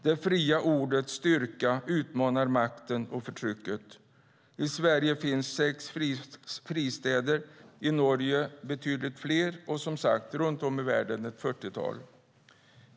Det fria ordets styrka utmanar makten och förtrycket. I Sverige finns sex fristäder, i Norge betydligt fler och som sagt runt om i världen ett fyrtiotal.